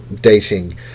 dating